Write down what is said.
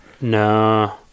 No